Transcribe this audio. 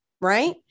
right